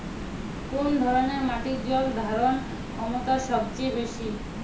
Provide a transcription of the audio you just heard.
কোন ধরণের মাটির জল ধারণ ক্ষমতা সবচেয়ে বেশি?